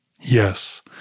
Yes